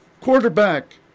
Quarterback